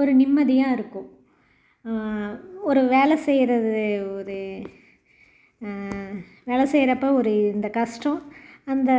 ஒரு நிம்மதியாக இருக்கும் ஒரு வேலை செய்கிறது ஒரு வேலை செய்றப்போ ஒரு இருந்த கஷ்டம் அந்த